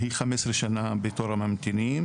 היא 15 שנה בתור הממתינים,